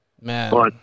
Man